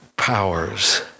powers